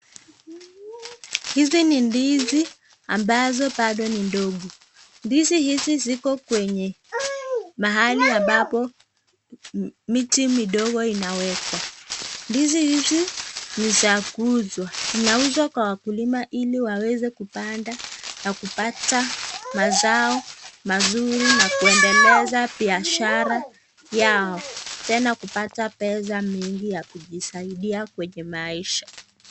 Hizi ni ndizi ambazo bado ni ndogo. Ndizi hizi ziko kwenye mahali ambapo miti midogo inawekwa. Ndizi hizi ni za kuuzwa, inauzwa kwa wakulima ili waweze kupanda nakupata mazao mazuri na kuendeleza bashara yao tena kupata pesa mingi ya kujisaidia kwenye maisha.